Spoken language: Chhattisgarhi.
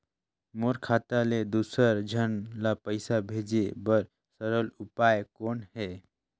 मोर खाता ले दुसर झन ल पईसा भेजे बर सरल उपाय कौन हे?